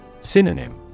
Synonym